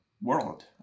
World